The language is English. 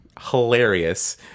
hilarious